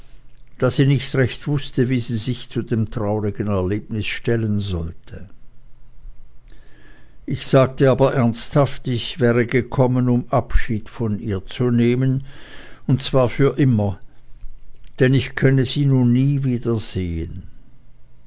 da sie nicht recht wußte wie sie sich zu dem traurigen erlebnis stellen sollte ich sagte aber ernsthaft ich wäre gekommen um abschied von ihr zu nehmen und zwar für immer denn ich könnte sie nun nie wiedersehen